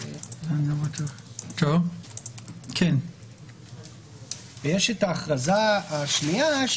יש ההכרזה השנייה,